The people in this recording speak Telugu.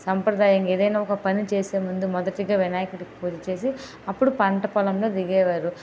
సాంప్రదాయంగా ఏదైనా ఒక పని చేసే ముందు మొదటిగా వినాయకుడు పూజ చేసి అప్పుడు పంట పొలంలో దిగేవారు